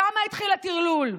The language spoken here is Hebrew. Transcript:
שם התחיל הטרלול,